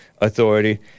authority